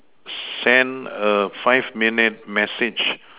send a five minute message